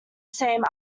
same